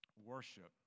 worship